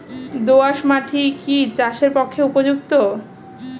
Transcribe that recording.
দোআঁশ মাটি কি চাষের পক্ষে উপযুক্ত?